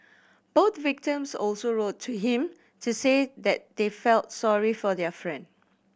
both victims also wrote to him to say that they felt sorry for their friend